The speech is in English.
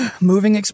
Moving